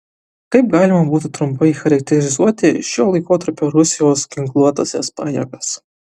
kaip galima būtų trumpai charakterizuoti šio laikotarpio rusijos ginkluotąsias pajėgas